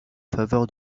faveur